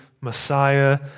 Messiah